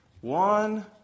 One